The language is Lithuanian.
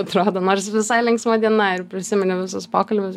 atrado nors visai linksma diena ir prisimeni visus pokalbius